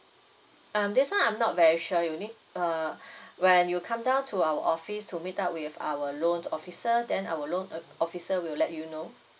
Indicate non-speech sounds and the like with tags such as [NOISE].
um this one I'm not very sure you need uh [BREATH] when you come down to our office to meet up with our loan officer then our loan uh officer will let you know